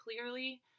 clearly